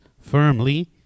firmly